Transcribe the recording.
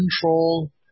control